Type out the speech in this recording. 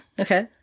okay